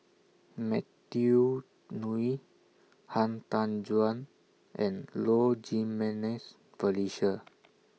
Matthew Ngui Han Tan Juan and Low Jimenez Felicia